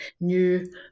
new